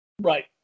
Right